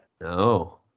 No